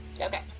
Okay